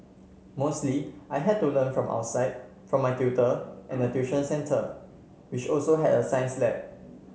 mostly I had to learn from outside from my tutor and the tuition centre which also had a science lab